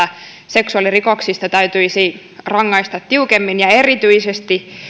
seksuaalirikoksista täytyisi rangaista tiukemmin ja erityisesti